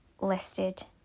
listed